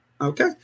Okay